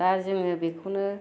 दा जोङो बेखौनो